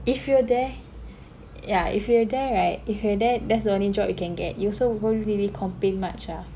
if you're there yeah if you're there right if you're there that's the only job you can get you also won't really complain much ah